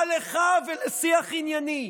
מה לך ולשיח ענייני?